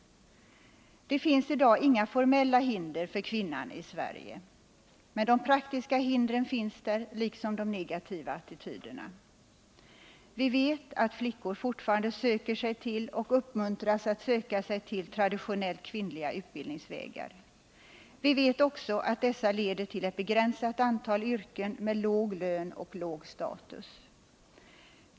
Det finns i dag inga formella hinder för kvinnan i Sverige, men de praktiska hindren finns där, liksom de negativa attityderna. Vi vet att kvinnor fortfarande söker sig till och uppmuntras att söka sig till traditionellt kvinnliga utbildningsvägar. Vi vet också att dessa leder till ett begränsat antal yrken med låg lön och låg status.